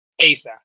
ASAP